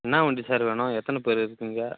என்ன வண்டி சார் வேணும் எத்தனை பேர் இருக்கீங்க